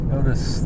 Notice